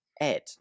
Ed